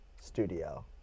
studio